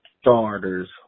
starters